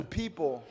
people